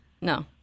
No